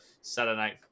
Saturday